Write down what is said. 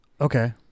Okay